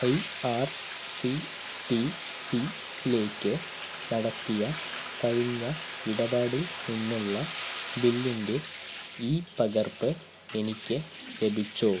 I R C T C യിലേക്ക് നടത്തിയ കഴിഞ്ഞ ഇടപാടിൽ നിന്നുള്ള ബില്ലിൻ്റെ ഇ പകർപ്പ് എനിക്ക് ലഭിച്ചോ